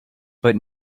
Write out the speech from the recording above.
but